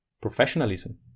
Professionalism